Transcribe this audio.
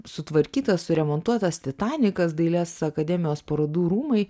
sutvarkytas suremontuotas titanikas dailės akademijos parodų rūmai